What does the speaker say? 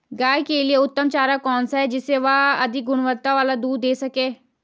गाय के लिए उत्तम चारा कौन सा है जिससे वह अधिक गुणवत्ता वाला दूध दें सके?